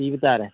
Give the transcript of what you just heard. ꯄꯤꯕ ꯇꯥꯔꯦ